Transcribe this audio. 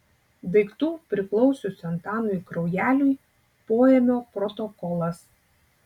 daiktų priklausiusių antanui kraujeliui poėmio protokolas